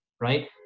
Right